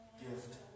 gift